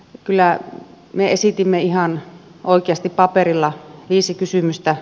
kyllä me esitimme ihan oikeasti paperilla viisi kysymystä